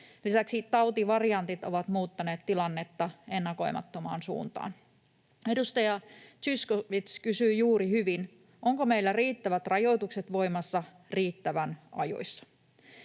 Lisäksi tautivariantit ovat muuttaneet tilannetta ennakoimattomaan suuntaan. Edustaja Zyskowicz kysyi juuri hyvin: onko meillä riittävät rajoitukset voimassa riittävän ajoissa?